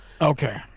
Okay